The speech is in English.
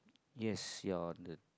yes you're on the